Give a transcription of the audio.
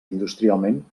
industrialment